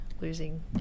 losing